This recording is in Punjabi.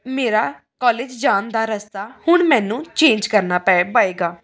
ਮੇਰਾ ਕੋਲੇਜ ਜਾਣ ਦਾ ਰਸਤਾ ਹੁਣ ਮੈਨੂੰ ਚੇਂਜ ਕਰਨਾ ਪਏ ਪਵੇਗਾ